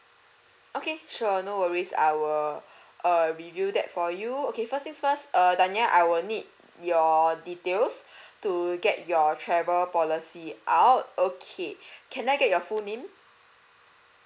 okay sure no worries I will err review that for you okay first things first err danya I will need your details to get your travel policy out okay can I get your full name